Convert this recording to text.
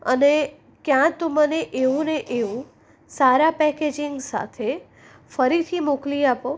અને ક્યાં તો મને એવું ને એવું સારા પેકેજિંગ સાથે ફરીથી મોકલી આપો